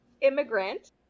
immigrant